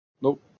Nope